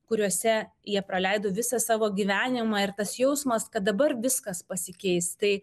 kuriuose jie praleido visą savo gyvenimą ir tas jausmas kad dabar viskas pasikeis tai